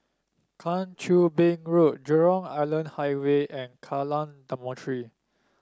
Kang Choo Bin Road Jurong Island Highway and Kallang Dormitory